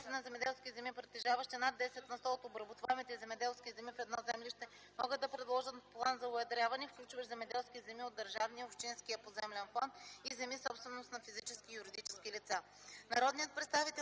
на земеделски земи, притежаващи над 10 на сто от обработваемите земеделски земи в едно землище, могат да предложат план за уедряване, включващ земеделски земи от държавния и общинския поземлен фонд, и земи – собственост на физически и юридически лица.